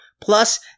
plus